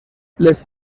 les